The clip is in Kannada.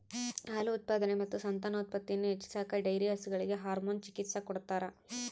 ಹಾಲು ಉತ್ಪಾದನೆ ಮತ್ತು ಸಂತಾನೋತ್ಪತ್ತಿಯನ್ನು ಹೆಚ್ಚಿಸಾಕ ಡೈರಿ ಹಸುಗಳಿಗೆ ಹಾರ್ಮೋನ್ ಚಿಕಿತ್ಸ ಕೊಡ್ತಾರ